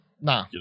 Nah